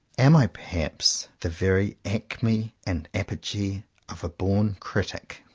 am i, perhaps, the very acme and apogee of a born critic?